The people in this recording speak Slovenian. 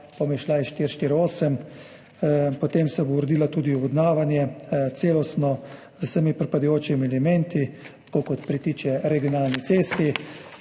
cesti R2-448. Potem se bo uredilo tudi odvodnjavanje celostno, z vsemi pripadajočimi elementi, tako kot pritiče regionalni cesti.